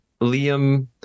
Liam